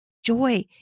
Joy